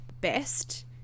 best